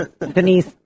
Denise